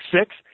Six